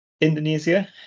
Indonesia